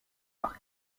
par